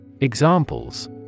Examples